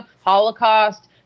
Holocaust